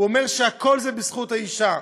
הוא אומר שהכול זה בזכות האישה.